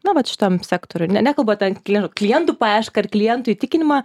na vat šitam sektoriuj ne nekalbat ten kler klientų paiešką ar klientų įtikinimą